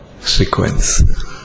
sequence